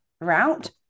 route